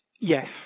Yes